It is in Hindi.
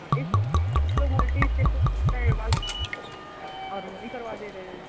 हाँ इस तो लोग उल्टी इस्टेप का ये बाल और रोली करवा दे रहे हैं